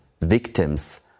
victims